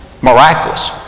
miraculous